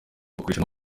bakoresha